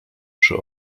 przy